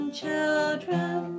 children